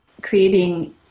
creating